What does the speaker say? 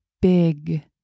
big